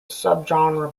subgenre